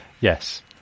yes